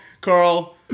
Carl